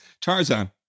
Tarzan